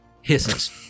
hisses